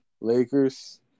Lakers